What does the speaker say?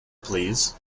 please